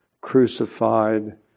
crucified